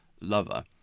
lover